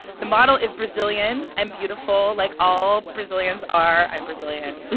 the model is brazilian and beautiful, like all brazilians are. i'm brazilian.